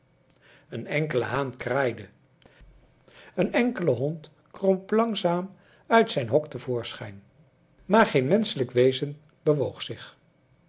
een enkele haan kraaide een enkele hond kroop langzaam uit zijn hok te voorschijn maar geen menschelijk wezen bewoog zich